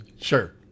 Sure